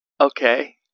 okay